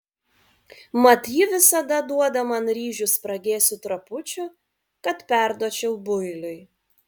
mat ji visada duoda man ryžių spragėsių trapučių kad perduočiau builiui